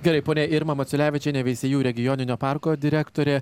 gerai ponia irma maciulevičienė veisiejų regioninio parko direktorė